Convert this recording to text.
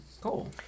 cool